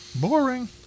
Boring